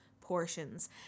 portions